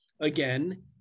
again